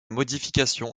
modification